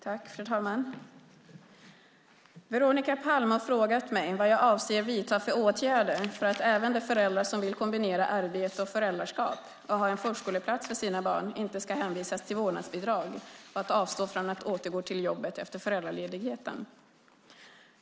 Fru talman! Veronica Palm har frågat mig vad för åtgärder jag avser att vidta för att även de föräldrar som vill kombinera arbete och föräldraskap och ha en förskoleplats för sina barn inte ska hänvisas till vårdnadsbidrag och att avstå från att återgå till jobbet efter föräldraledigheten.